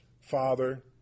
Father